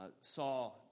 saw